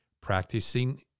practicing